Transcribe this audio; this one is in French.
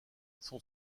son